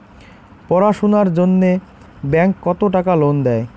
পড়াশুনার জন্যে ব্যাংক কত টাকা লোন দেয়?